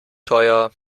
teuer